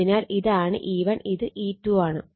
അതിനാൽ ഇതാണ് E1 ഇത് E2 ആണ്